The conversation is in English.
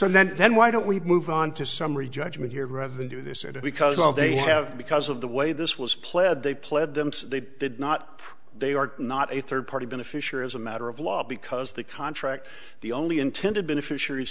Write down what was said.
and then then why don't we move on to summary judgment here rather than do this it is because well they have because of the way this was pled they pled them so they did not they are not a third party beneficiary as a matter of law because the contract the only intended beneficiaries